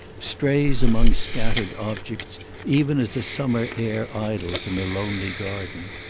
strays among scattered objects even as a summer air idles in a lonely garden.